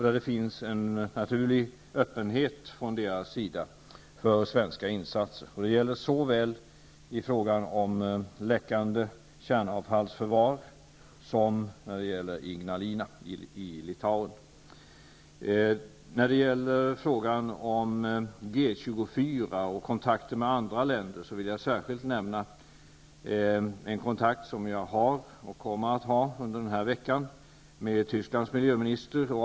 Det finns där en naturlig öppenhet från deras sida för svenska insatser. Det gäller såväl i fråga om läckande kärnavfallsförvar som när det gäller När det gäller frågan om G-24 och kontakterna med andra länder vill jag särskilt nämna en kontakt som jag har och kommer att ha under den här veckan med Tysklands miljöminister.